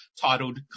titled